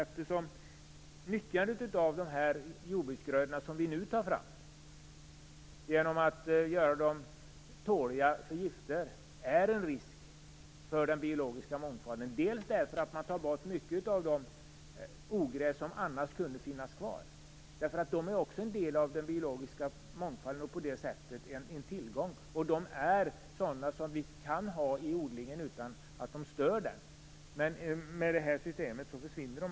Vi tar nu fram grödor som är tåliga mot gifter, men nyttjandet av dem innebär en risk för den biologiska mångfalden. För det första tar man bort många ogräs som annars skulle finnas kvar. De är också en del av mångfalden och på det sättet en tillgång. De ogräsen kan finnas i en odling utan att störa den. Men med det här systemet försvinner de.